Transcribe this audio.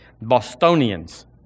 Bostonians